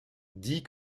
dit